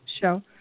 show